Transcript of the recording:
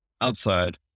outside